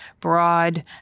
broad